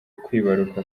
kwibaruka